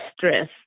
stress